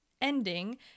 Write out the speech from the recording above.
ending